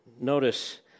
Notice